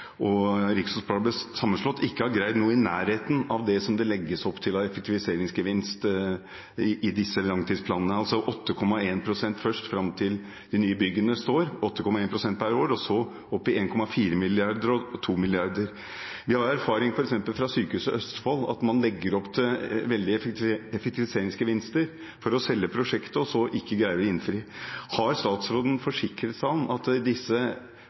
ble sammenslått – ikke har greid noe i nærheten av det som det legges opp til av effektiviseringsgevinst i disse langtidsplanene, altså først 8,1 pst. per år fram til de nye byggene står, og så opp i 1,4 mrd. kr og 2 mrd. kr. Vi har erfaring fra f.eks. Sykehuset Østfold med at man legger opp til veldige effektiviseringsgevinster for å selge prosjektet, og så ikke greier å innfri. Har statsråden forsikret seg om at disse